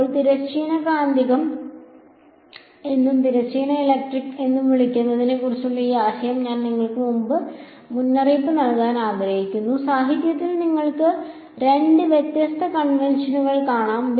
ഇപ്പോൾ തിരശ്ചീന കാന്തികം എന്നും തിരശ്ചീന ഇലക്ട്രിക് എന്നും വിളിക്കപ്പെടുന്നതിനെക്കുറിച്ചുള്ള ഈ ആശയം ഞാൻ നിങ്ങൾക്ക് മുന്നറിയിപ്പ് നൽകാൻ ആഗ്രഹിക്കുന്നു സാഹിത്യത്തിൽ നിങ്ങൾക്ക് രണ്ട് വ്യത്യസ്ത കൺവെൻഷനുകൾ കാണാം